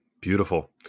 beautiful